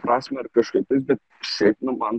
prasme ar kažkaip tais bet šiaip nu man